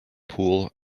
pool